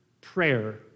prayer